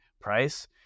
price